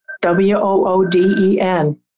W-O-O-D-E-N